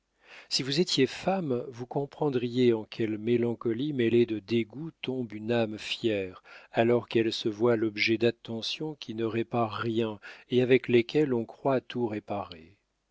si vous étiez femme vous comprendriez en quelle mélancolie mêlée de dégoût tombe une âme fière alors qu'elle se voit l'objet d'attentions qui ne réparent rien et avec lesquelles on croit tout réparer